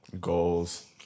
Goals